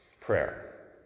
prayer